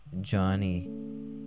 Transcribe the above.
Johnny